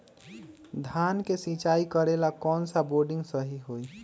धान के सिचाई करे ला कौन सा बोर्डिंग सही होई?